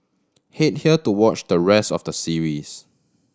head here to watch the rest of the series